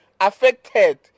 affected